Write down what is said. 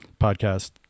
podcast